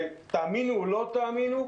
ותאמינו או לא תאמינו,